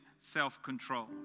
self-control